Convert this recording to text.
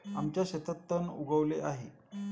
आमच्या शेतात तण उगवले आहे